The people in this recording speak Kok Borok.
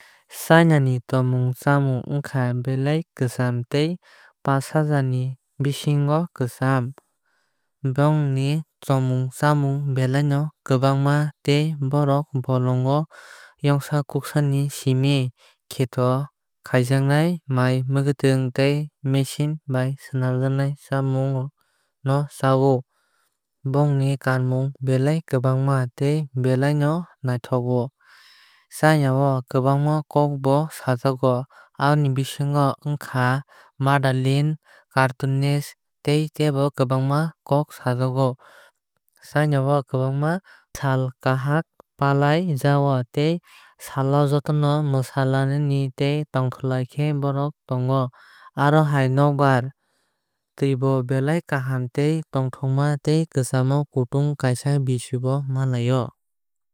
Chinani tongmung chamung wngkha belai kwcham tei paanch hazzar bisini kwcham. Bongni tomung chamung belai no kwbangma tei borok bolongo yongsa kuksa ni simi kheto o kaijaknai mai mwkhuitwng tei machine bai swlamjak chamung no cha o. Bongni kanmung belai kwbangma tei belai no naithogo. China o kwbangma kok bo sajago aboni bisingo ongkha mandarine cantonese tei tebo kwabangma kok sajago. China o kwbanma sal kaham palai jago tei o salo jotono mwsali tei tongthoklai khe borok tongo. Aroni nokbar twuibar belai kaham tei tongthokma tei kwchang kutung kaaisa bisi o manlai o.